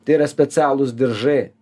tai yra specialūs diržai